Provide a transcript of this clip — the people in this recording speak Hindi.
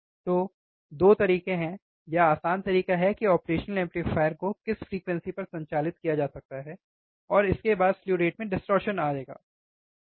तो 2 तरीके हैं या आसान तरीका है कि ऑपरेशनल एम्पलीफायर को किस फ्रीक्वेंसी पर संचालित किया जा सकता है और इसके बाद स्लु रेट में डिस्टॉर्शन आएगा सही है